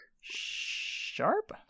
Sharp